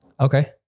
Okay